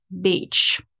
Beach